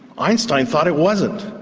einstein thought it wasn't.